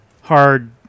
hard